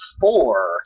four